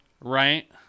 Right